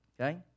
okay